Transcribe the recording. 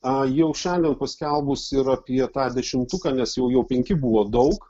o jau šaliai paskelbus ir apie tą dešimtuką nes jau penki buvo daug